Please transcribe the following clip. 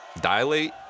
dilate